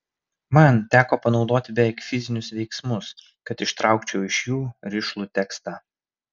man teko panaudoti beveik fizinius veiksmus kad ištraukčiau iš jų rišlų tekstą